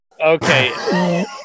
okay